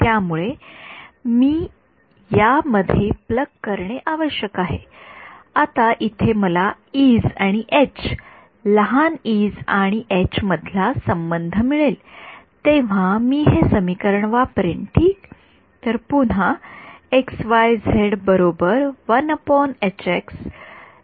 त्यामुळे मी या मध्ये प्लग करणे आवश्यक आहे आता इथे मला s आणि 's लहानs आणि 's मधला संबंध मिळेल जेव्हा मी हे समीकरण वापरेन ठीक तर पुन्हा बरोबर